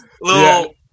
little